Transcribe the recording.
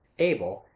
abel,